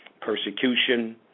persecution